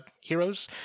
heroes